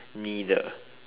neither